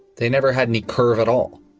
they never had any curve at all.